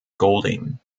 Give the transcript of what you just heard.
golding